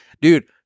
dude